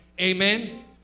amen